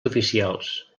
oficials